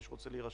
מי שרוצה,